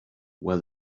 while